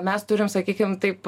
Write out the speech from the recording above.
mes turim sakykim taip